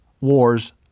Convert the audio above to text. wars